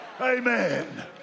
Amen